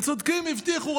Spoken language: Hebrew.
הם צודקים, הבטיחו.